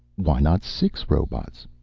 why not six robots?